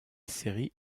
série